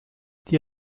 the